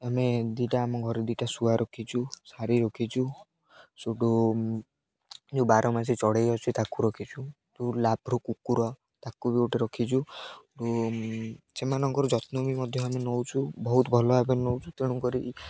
ଆମେ ଦୁଇଟା ଆମ ଘରେ ଦୁଇଟା ଶୁଆ ରଖିଛୁ ସାରି ରଖିଛୁ ସେଇଠୁ ଯେଉଁ ବାରମାସୀ ଚଢ଼େଇ ଅଛି ତାକୁ ରଖିଛୁ ଯେଉଁ ଲାଭ୍ କୁକୁର ତାକୁ ବି ଗୋଟେ ରଖିଛୁ ସେମାନଙ୍କର ଯତ୍ନ ବି ମଧ୍ୟ ଆମେ ନେଉଛୁ ବହୁତ ଭଲ ଭାବରେ ନେଉଛୁ ତେଣୁକରି